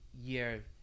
year